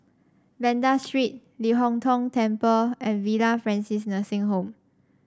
Banda Street Ling Hong Tong Temple and Villa Francis Nursing Home